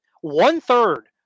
one-third